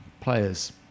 players